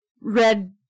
red